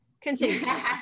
Continue